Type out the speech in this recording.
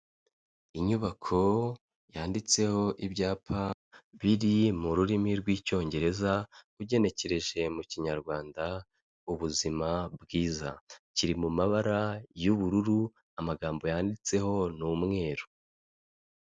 Inyubako yanditseho ibyapa biri mu rurimi rw'icyongereza ugenekereje mu kinyarwanda ubuzima bwiza, kiri mu mabara y'ubururu amagambo yanditseho ni umweru.